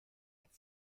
hat